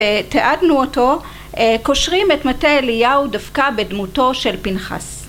תיעדנו אותו, קושרים את מטה אליהו דווקא בדמותו של פנחס.